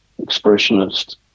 expressionist